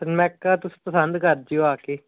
ਸਨਮਾਕਾ ਤੁਸੀਂ ਪਸੰਦ ਕਰ ਜਿਓ ਆ ਕੇ